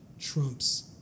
trumps